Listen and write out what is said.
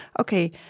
okay